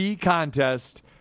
contest